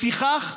לפיכך,